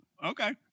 Okay